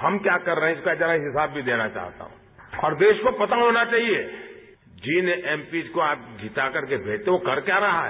हम क्या कर रहे हैं इसका जरा हिसाब भी देना चाहता हूं और देश को पता होना चाहिए जिन एमपीज को आप जीता करके आप भेजते हो वो कर क्या रहा है